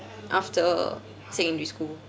after secondary school